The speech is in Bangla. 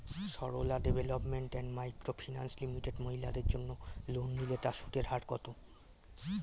Sarala development and micro finance limited মহিলাদের জন্য লোন নিলে তার সুদের হার কত?